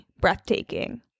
breathtaking